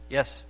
Yes